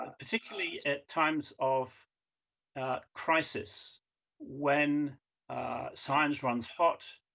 ah particularly at times of ah crisis when science runs hot,